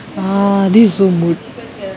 ah this is so mood leh